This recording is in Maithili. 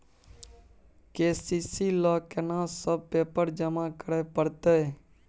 के.सी.सी ल केना सब पेपर जमा करै परतै?